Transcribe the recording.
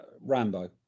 Rambo